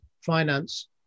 finance